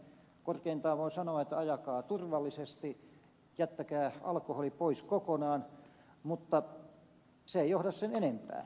korkeintaan voi sanoa että ajakaa turvallisesti jättäkää alkoholi pois kokonaan mutta se ei johda sen enempään